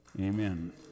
Amen